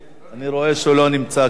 אני רואה שהוא לא נמצא כאן.